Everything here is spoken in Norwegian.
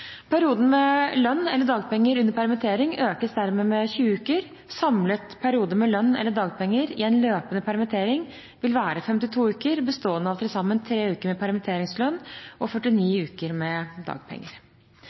Perioden med lønn eller dagpenger under permittering økes dermed med 20 uker. Samlet periode med lønn eller dagpenger i en løpende permittering vil være 52 uker, bestående av til sammen 3 uker med permitteringslønn og 49 uker med dagpenger.